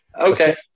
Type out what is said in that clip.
Okay